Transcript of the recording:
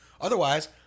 Otherwise